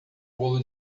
bolo